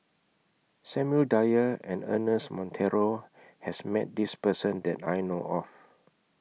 Samuel Dyer and Ernest Monteiro has Met This Person that I know of